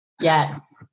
Yes